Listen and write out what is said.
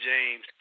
James